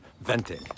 venting